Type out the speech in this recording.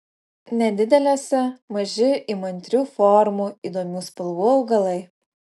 nedidelėse maži įmantrių formų įdomių spalvų augalai